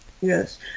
yes